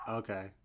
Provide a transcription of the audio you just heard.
okay